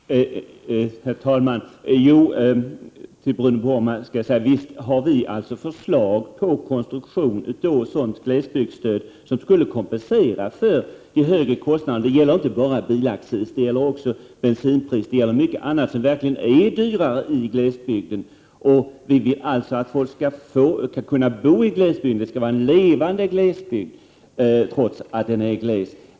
Herr talman! Till Bruno Poromaa vill jag säga att vi visst har förslag på konstruktioner som skulle kompensera glesbygden för de högre kostnaderna. Det gäller inte bara bilaccisen utan också bensin och annat som verkligen är mycket dyrare i glesbygden. Vi vill att folk skall kunna bo i glesbygden. Vi skall ha en levande bygd trots att den är gles.